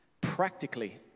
practically